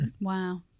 Wow